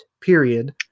period